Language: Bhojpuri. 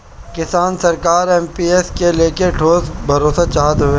किसान सरकार से एम.पी.एस के लेके ठोस भरोसा चाहत हवे